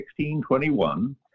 1621